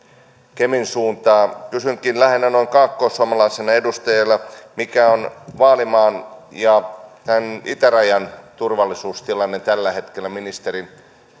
kemin suuntaan kysynkin lähinnä noin kaakkoissuomalaisena edustajana mikä on vaalimaan ja tämän itärajan turvallisuustilanne tällä hetkellä ministerin